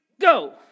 go